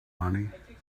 money